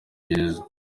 gereza